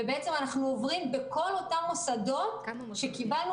ואנחנו עוברים בכל אותם מוסדות שקיבלנו